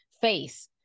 face